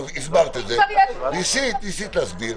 אבל ניסית להסביר.